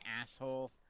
asshole